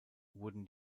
wurden